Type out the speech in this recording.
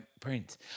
Prince